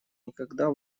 никогда